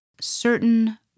certain